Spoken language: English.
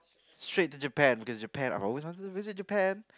straight to Japan cause Japan I've always wanted to visit Japan